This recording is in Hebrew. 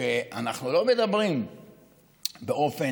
שאנחנו לא מדברים באופן,